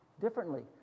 differently